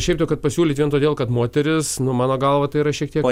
šiaip tai kad pasiūlyt vien todėl kad moteris nu mano galva tai yra šiek tiek